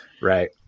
right